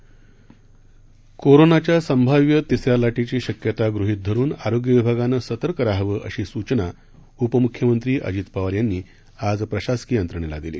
कोरोनाच्या संभाव्य तिसऱ्या लाटेची शक्यता गृहीत धरुन आरोग्य विभागाने सतर्क रहावं अशी सूचना उपमुख्यमंत्री अजित पवार यांनी आज प्रशासकीय यंत्रणेला दिली